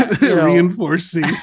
Reinforcing